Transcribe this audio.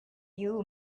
you